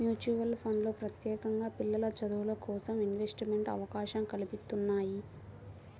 mutual ఫండ్లు ప్రత్యేకంగా పిల్లల చదువులకోసం ఇన్వెస్ట్మెంట్ అవకాశం కల్పిత్తున్నయ్యి